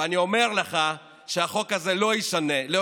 ואני אומר לך שהחוק הזה לא ישונה,